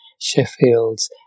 Sheffield's